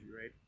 right